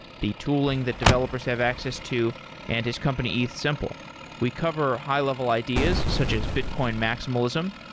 the tooling that developers have access to and his company ethsimple we cover high-level ideas such as bitcoin maximalism.